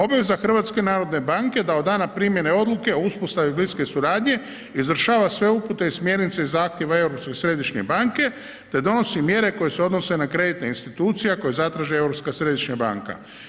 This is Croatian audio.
Obveza HNB-a je da od dana primjene odluke o uspostavi bliske suradnje izvršava sve upute i smjernice i zahtjeve Europske središnje banke te donosi mjere koje se odnose na kreditne institucije ako je zatraži Europska središnja banka.